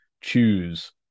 choose